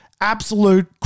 absolute